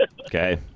Okay